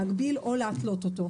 להגביל או להתלות אותו.